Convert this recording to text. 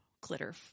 glitter